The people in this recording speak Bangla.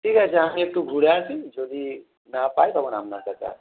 ঠিক আছে আমি একটু ঘুরে আসি যদি না পাই তখন আপনার কাছে আসবো